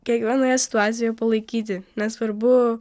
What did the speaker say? kiekvienoje situacijoje palaikyti nesvarbu